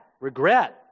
regret